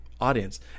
audience